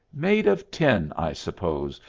made of tin, i suppose,